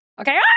Okay